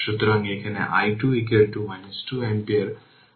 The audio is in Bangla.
সুতরাং t 0 এর পরিবর্তে যদি হঠাৎ পরিবর্তন t i 3 এ ঘটে যা i 3 0 হয়